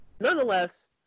Nonetheless